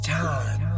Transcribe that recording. time